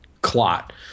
clot